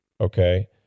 Okay